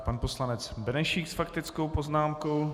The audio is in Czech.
Pan poslanec Benešík s faktickou poznámkou.